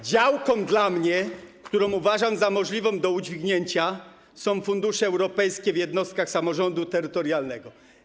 Działką dla mnie, którą uważam za możliwą do udźwignięcia, są fundusze europejskie w jednostkach samorządu terytorialnego.